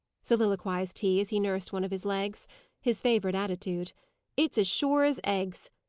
soliloquized he, as he nursed one of his legs his favourite attitude it's as sure as eggs.